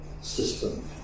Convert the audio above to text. system